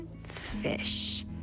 fish